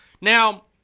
Now